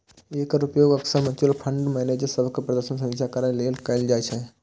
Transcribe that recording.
एकर उपयोग अक्सर mutual fund manager सभक प्रदर्शनक समीक्षा करै लेल कैल जाइ छै